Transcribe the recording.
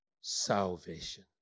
salvation